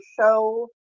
show